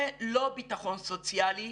זה לא ביטחון סוציאלי,